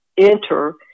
enter